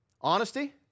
Honesty